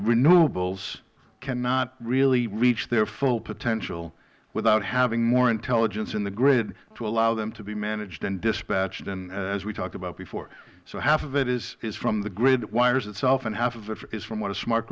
renewables cannot really reach their full potential without having more intelligence in the grid to allow them to be managed and dispatched as we talked about before so half of it is from the grid wires itself and half of it is from what a smart